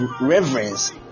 reverence